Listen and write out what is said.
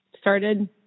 started